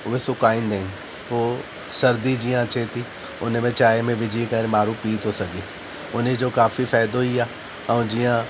उहे सुकाईंदा आहिनि पोइ सर्दी जीअं अचे थी हुन में चांहि में विझी करे माण्हू पी थो सघे हुनजो काफ़ी फ़ाइदो ई आहे ऐं जीअं